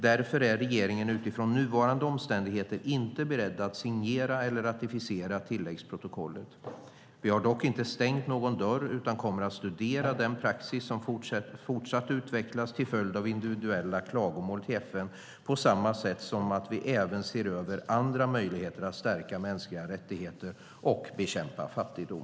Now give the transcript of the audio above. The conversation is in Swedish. Därför är regeringen utifrån nuvarande omständigheter inte beredd att signera eller ratificera tilläggsprotokollet. Vi har dock inte stängt någon dörr utan kommer att studera den praxis som fortsatt utvecklas till följd av individuella klagomål till FN, på samma sätt som att vi även ser över andra möjligheter att stärka mänskliga rättigheter och bekämpa fattigdom.